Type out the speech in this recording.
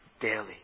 daily